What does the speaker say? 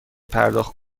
پرداخت